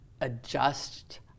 adjust